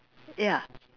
ya